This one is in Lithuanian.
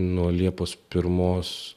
nuo liepos pirmos